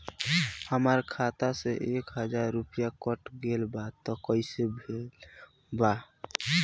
हमार खाता से एक हजार रुपया कट गेल बा त कइसे भेल बा?